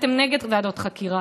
אתם נגד ועדות חקירה.